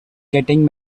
getting